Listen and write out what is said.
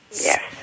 Yes